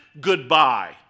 goodbye